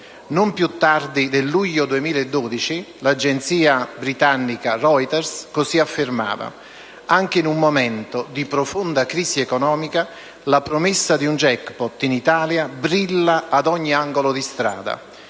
Non più tardi del luglio 2012, l'agenzia britannica Reuters affermava che, anche in un momento di profonda crisi economica, la promessa di un *jackpot* in Italia brilla ad ogni angolo di strada